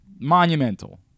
monumental